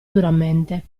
duramente